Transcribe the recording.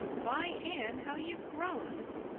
why, anne, how you've grown!